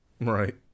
Right